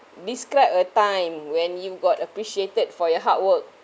describe a time when you got appreciated for your hard work